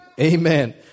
Amen